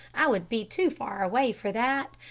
i would be too far away for that,